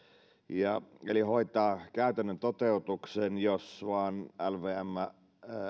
eli hoitaa käytännön toteutuksen jos vain lvm